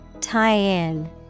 Tie-in